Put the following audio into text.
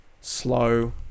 slow